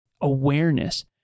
awareness